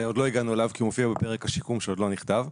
שעוד לא הגענו אליו כי הוא מופיע בפרק השיקום שעוד לא נכתב,